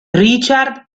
richard